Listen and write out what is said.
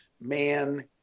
man